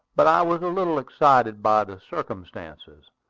but i was a little excited by the circumstances.